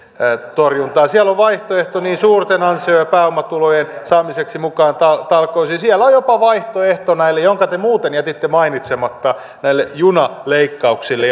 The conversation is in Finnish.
torjuntaan siellä on vaihtoehto suurten ansio ja pääomatulojen saamiseksi mukaan talkoisiin siellä on jopa vaihtoehto jonka te muuten jätitte mainitsematta näille junaleikkauksille